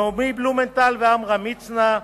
נעמי בלומנטל ועמרם מצנע,